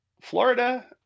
Florida